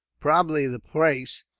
probably the place,